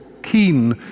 keen